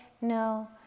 no